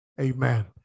amen